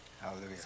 Hallelujah